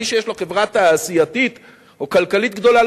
מי שיש לו חברה תעשייתית או כלכלית גדולה,